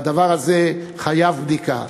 והדבר הזה מחייב בדיקה.